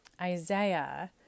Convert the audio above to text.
Isaiah